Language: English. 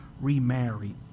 remarried